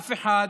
אף אחד